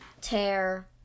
tear